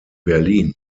berlin